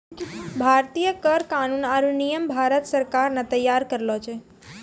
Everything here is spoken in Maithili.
भारतीय कर कानून आरो नियम भारत सरकार ने तैयार करलो छै